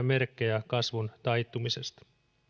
merkkejä kasvun taittumisesta